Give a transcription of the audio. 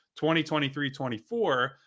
2023-24